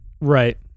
Right